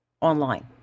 online